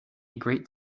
great